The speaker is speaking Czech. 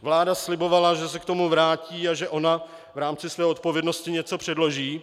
Vláda slibovala, že se k tomu vrátí a že ona v rámci své odpovědnosti něco předloží.